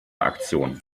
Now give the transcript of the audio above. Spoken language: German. aktionen